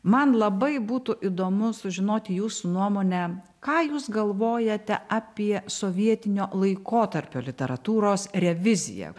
man labai būtų įdomu sužinoti jūsų nuomonę ką jūs galvojate apie sovietinio laikotarpio literatūros reviziją